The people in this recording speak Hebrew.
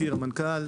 המנכ"ל,